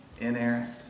inerrant